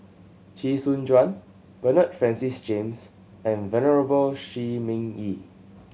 Chee Soon Juan Bernard Francis James and Venerable Shi Ming Yi